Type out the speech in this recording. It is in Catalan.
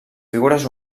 figures